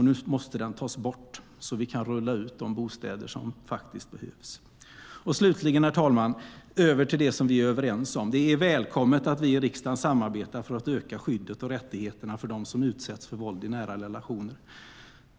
Nu måste den tas bort så att vi kan rulla ut de bostäder som behövs. Slutligen, herr talman, över till det vi är överens om: Det är välkommet att vi i riksdagen samarbetar för att öka skyddet och rättigheterna för dem som utsätts för våld i nära relationer.